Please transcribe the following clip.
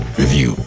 review